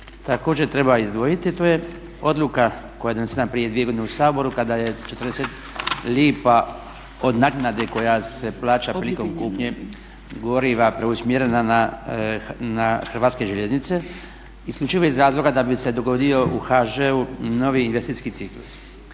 također treba izdvojiti to je odluka koja je donesena prije 2 godine u Saboru kada je 40 lipa od naknade koja se plaća prilikom kupnje goriva preusmjerena na Hrvatske željeznice isključivo iz razloga da bi se dogodio u HŽ-u novi investicijski ciklus.